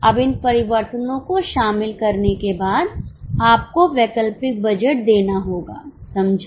अब इन परिवर्तनों को शामिल करने के बाद आपको वैकल्पिक बजट देना होगा समझे